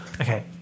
okay